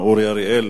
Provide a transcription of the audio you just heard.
אורי אריאל.